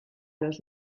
los